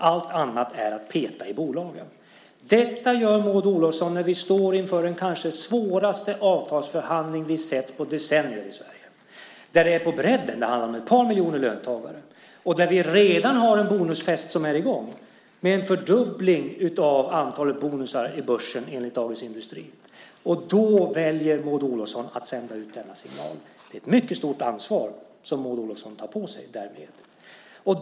Allt annat är att peta i bolagen. Detta gör Maud Olofsson när vi står inför den kanske svåraste avtalsförhandling vi har sett på decennier i Sverige. På bredden handlar det om ett par miljoner löntagare. Det finns redan en bonusfest i gång med en fördubbling av antalet bonusar i börsföretag enligt Dagens Industri. Då väljer Maud Olofsson att sända ut denna signal. Det är ett mycket stort ansvar som Maud Olofsson tar på sig därmed.